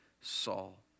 Saul